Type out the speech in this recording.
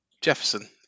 Jefferson